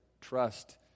trust